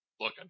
look